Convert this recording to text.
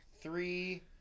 three